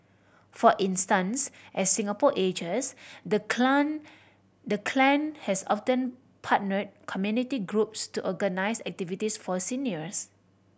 for instance as Singapore ages the the clan has often partnered community groups to organise activities for seniors